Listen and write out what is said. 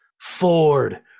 Ford